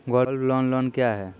Gold loan loan क्या हैं?